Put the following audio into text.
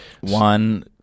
One